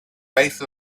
base